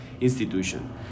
institution